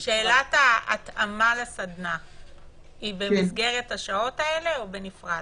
שאלת ההתאמה לסדנה היא במסגרת השעות האלה או בנפרד?